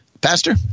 Pastor